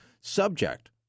subject